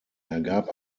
ergab